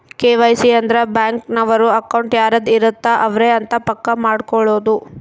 KYC ಅಂದ್ರ bank ನವರು account ಯಾರದ್ ಇರತ್ತ ಅವರೆ ಅಂತ ಪಕ್ಕ ಮಾಡ್ಕೊಳೋದು